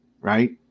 right